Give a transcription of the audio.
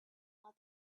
out